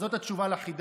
אז זאת התשובה על החידה,